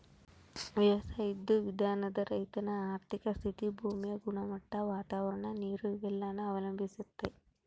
ವ್ಯವಸಾಯುದ್ ವಿಧಾನಾನ ರೈತನ ಆರ್ಥಿಕ ಸ್ಥಿತಿ, ಭೂಮಿ ಗುಣಮಟ್ಟ, ವಾತಾವರಣ, ನೀರು ಇವೆಲ್ಲನ ಅವಲಂಬಿಸ್ತತೆ